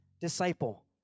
disciple